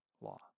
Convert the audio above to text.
law